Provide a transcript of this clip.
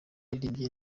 yaririmbye